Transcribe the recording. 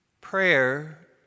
Prayer